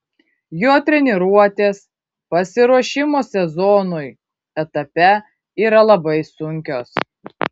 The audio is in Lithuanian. jo treniruotės pasiruošimo sezonui etape yra labai sunkios